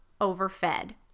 overfed